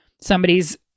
somebody's